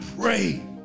pray